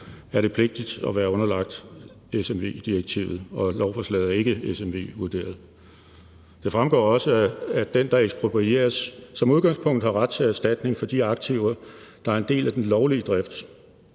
er det pligtigt at være underlagt smv-direktivet. Og lovforslaget er ikke smv-vurderet. Det fremgår også, at den, der eksproprieres, som udgangspunkt har ret til erstatning for de aktiver, der er en del af den lovlige drift.